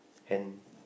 hand